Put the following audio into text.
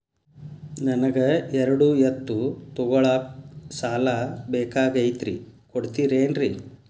ನನಗ ಎರಡು ಎತ್ತು ತಗೋಳಾಕ್ ಸಾಲಾ ಬೇಕಾಗೈತ್ರಿ ಕೊಡ್ತಿರೇನ್ರಿ?